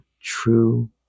true